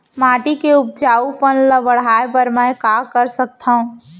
माटी के उपजाऊपन ल बढ़ाय बर मैं का कर सकथव?